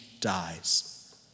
dies